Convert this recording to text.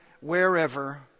wherever